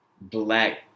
black